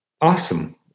awesome